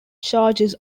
charges